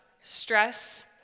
stress